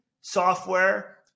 software